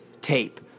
tape